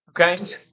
Okay